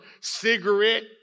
cigarette